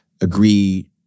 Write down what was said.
agree